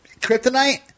kryptonite